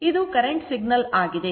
ಇದು current signal ಆಗಿದೆ